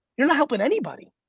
you're not helpin' anybody.